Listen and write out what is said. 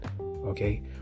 okay